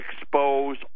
expose